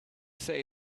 say